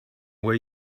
way